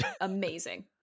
amazing